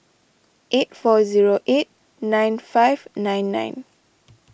eight four zero eight nine five nine nine